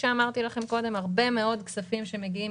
הרבה מאוד כסף שמגיע,